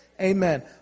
Amen